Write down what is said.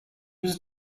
was